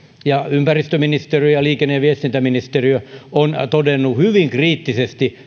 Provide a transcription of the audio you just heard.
ympäristöministeriö ja liikenne ja viestintäministeriö ovat todenneet hyvin kriittisesti